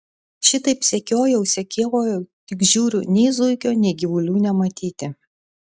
šitaip sekiojau sekiojau tik žiūriu nei zuikio nei gyvulių nematyti